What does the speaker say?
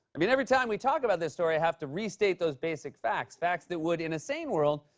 i mean every time we talk about this story, i have to restate those basic facts, facts that would, in a sane world,